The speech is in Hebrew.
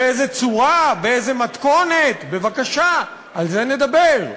באיזו צורה, באיזו מתכונת, בבקשה, על זה נדבר.